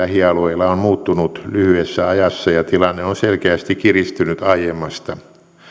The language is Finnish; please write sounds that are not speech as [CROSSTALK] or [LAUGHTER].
[UNINTELLIGIBLE] lähialueilla on on muuttunut lyhyessä ajassa ja tilanne on selkeästi kiristynyt aiemmasta